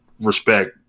respect